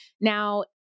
Now